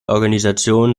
organisation